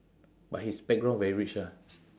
but his background very rich ah